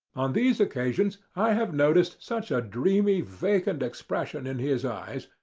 on these occasions i have noticed such a dreamy, vacant expression in his eyes,